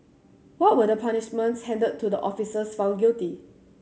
what were the punishments handed to the officers found guilty